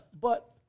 But-